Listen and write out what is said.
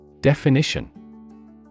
Definition